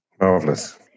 Marvelous